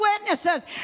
witnesses